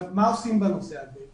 מה עושים בנושא הזה?